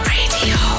Radio